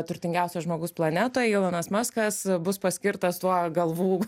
turtingiausias žmogus planetoj ilonas maskas bus paskirtas tuo galvų